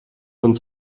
von